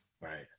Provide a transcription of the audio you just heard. right